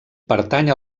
pertany